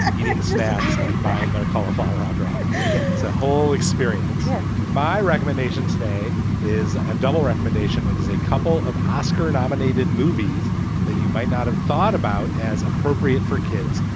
ah eating so yeah and buying their cauliflower. all right. the whole experience yes. my recommendation today is a double recommendation. it is a couple of oscar nominated movies that you might not have thought about as appropriate for kids.